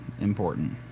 important